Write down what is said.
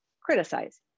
criticize